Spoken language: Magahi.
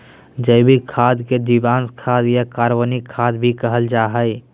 जैविक खाद के जीवांश खाद या कार्बनिक खाद भी कहल जा हइ